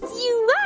you